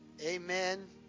amen